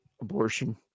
abortion